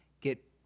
get